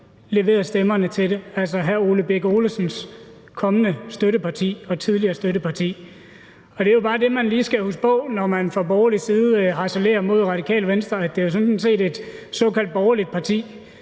leverede stemmerne til det, altså hr. Ole Birk Olesens kommende støtteparti og tidligere støtteparti. Der er det jo bare, man lige skal huske på, når man fra borgerlig side harcelerer mod Radikale Venstre, at det sådan set er et såkaldt borgerligt parti,